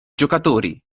giocatori